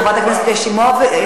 חברת הכנסת שלי יחימוביץ,